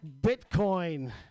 Bitcoin